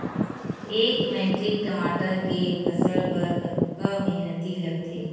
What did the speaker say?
एक मैट्रिक टमाटर के फसल बर कतका मेहनती लगथे?